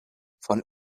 von